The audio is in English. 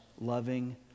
loving